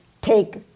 take